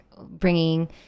bringing